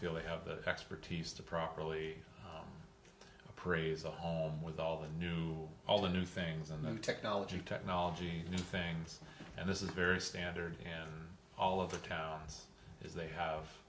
feel they have the expertise to properly appraisal home with all the new all the new things and new technology technology new things and this is very standard in all of the towns as they have